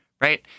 Right